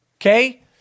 Okay